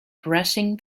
pressing